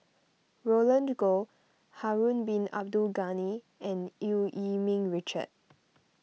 Roland Goh Harun Bin Abdul Ghani and Eu Yee Ming Richard